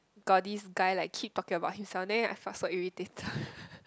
got this guy like keep talking about himself then I felt so irritated